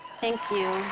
thank you,